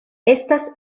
estas